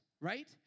Right